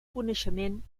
coneixement